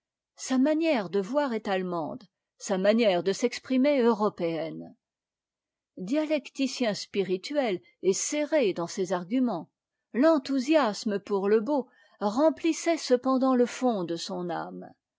sa manière de voir est allemande sa manière de s'exprimer européenne dialecticien spirituel et serré dans ses arguments l'enthousiasme pour le beau remplissait cependant le fond de son âme